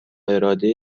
اراده